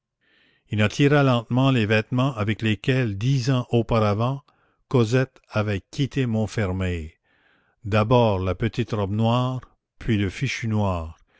il en tira lentement les vêtements avec lesquels dix ans auparavant cosette avait quitté montfermeil d'abord la petite robe noire puis le fichu noir